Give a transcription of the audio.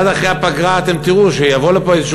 מייד אחרי הפגרה אתם תראו שיבוא לפה איזשהו